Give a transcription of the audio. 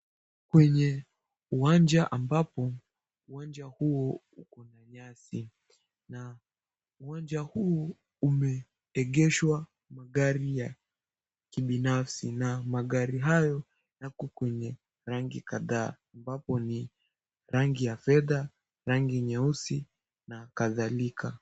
Kwenye uwanja ambapo, uwanja huu kuna nyasi na uwanja huu umeegeshwa magari ya kinafsi na magari hayo yako kwenye rangi kadhaa ambapo ni: rangi ya fedha, rangi nyeusi na kadhalika.